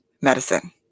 medicine